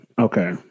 okay